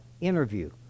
interview